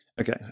Okay